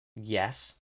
yes